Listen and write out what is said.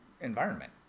environment